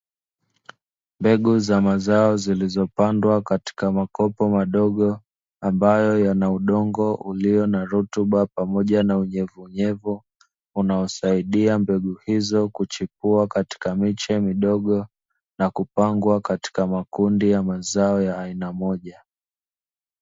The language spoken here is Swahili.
Mbegu za mazao zilizopandwa katika makopo madogo, ambayo yana udongo ulio na rutuba pamoja na unyevunyevu, unaosaidia mbegu hizo kuchipua katika miche midogo, na kupangwa katika makundi ya mazao ya aina moja.